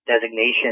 designation